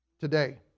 today